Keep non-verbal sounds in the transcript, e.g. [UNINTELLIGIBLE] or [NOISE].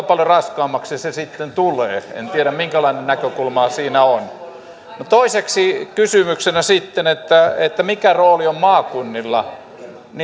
[UNINTELLIGIBLE] paljon raskaammaksi se sitten tulee en tiedä minkälainen näkökulma siinä on toiseksi kysymyksenä sitten että mikä rooli on maakunnilla